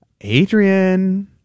Adrian